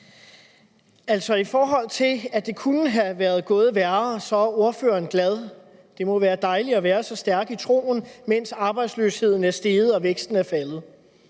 (LA): I forhold til at det kunne være gået værre, er ordføreren glad. Det må være dejligt at være så stærk i troen, mens arbejdsløsheden er steget og væksten er faldet.